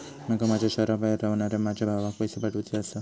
माका माझ्या शहराबाहेर रव्हनाऱ्या माझ्या भावाक पैसे पाठवुचे आसा